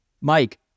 Mike